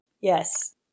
Yes